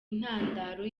intandaro